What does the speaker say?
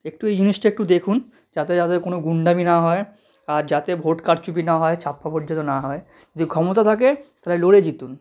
একটু এই জিনিসটা একটু দেখুন যাতে যাতে কোনো গুন্ডামি না হয় আর যাতে ভোট কারচুপি না হয় ছাপ্পা ভোট যেন না হয় যদি ক্ষমতা থাকে তাহলে লড়ে জিতুন